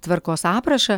tvarkos aprašą